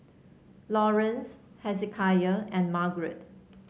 Lawerence Hezekiah and Marget